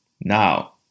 Now